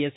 S